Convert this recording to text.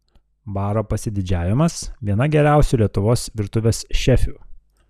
baro pasididžiavimas viena geriausių lietuvos virtuvės šefių